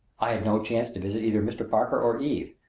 i had no chance to visit either mr. parker or eve,